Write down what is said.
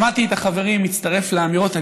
שמעתי את החברים, אני מצטרף לאמירות.